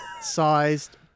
sized